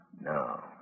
No